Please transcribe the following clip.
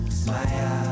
smile